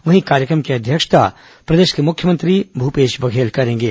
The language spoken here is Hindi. वहीं कार्यक्रम की अध्यक्षता प्रदेश के मुख्यमंत्री भूपेश बघेल करेंगे